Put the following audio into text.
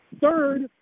Third